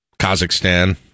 Kazakhstan